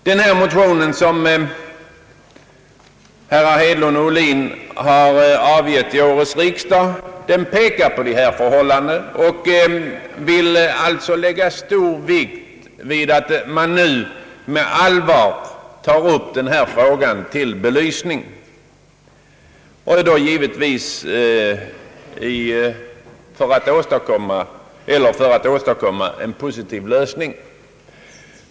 Den motion, som herrar Hedlund och Ohlin har väckt till årets riksdag, pekar på dessa förhållanden. Man vill där lägga stor vikt vid att denna fråga på allvar tas upp till belysning, givetvis i syfte att åstadkomma en positiv lösning.